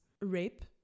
rape